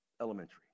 elementary